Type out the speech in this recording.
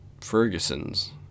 Ferguson's